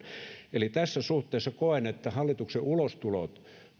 tässä suhteessa koen että hallituksen ulostulot